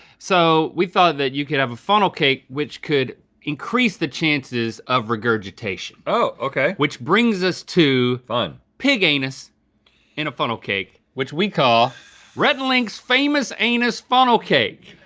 so we thought that you could have a funnel cake which could increase the chances of regurgitation. oh okay. which brings us to fun. pig anus in a funnel cake which we call rhett and link's famous anus funnel cake.